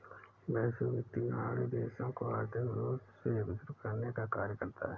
वैश्विक वित्तीय प्रणाली देशों को आर्थिक रूप से एकजुट करने का कार्य करता है